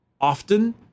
often